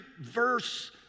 verse